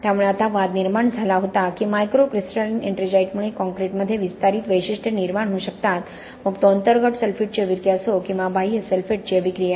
त्यामुळे आता वाद निर्माण झाला होता की मायक्रोक्रिस्टलाइन एट्रिंजाइटमुळे काँक्रीटमध्ये विस्तारित वैशिष्ट्ये निर्माण होऊ शकतात मग तो अंतर्गत सल्फेटची अभिक्रिया असो किंवा बाह्य सल्फेटची अभिक्रिया